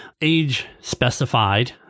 age-specified